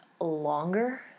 longer